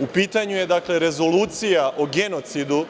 U pitanju je, dakle, Rezolucija o genocidu